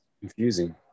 confusing